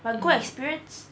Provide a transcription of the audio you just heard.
but good experience